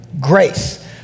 grace